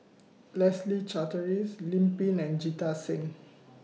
Leslie Charteris Lim Pin and Jita Singh